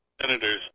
senators